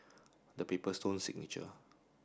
the Paper Stone Signature